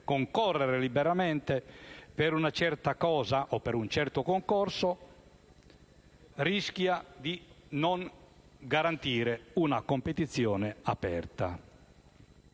concorrere liberamente per una certa cosa o per un certo concorso rischiano di non garantire una competizione aperta.